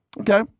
Okay